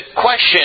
question